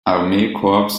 armeekorps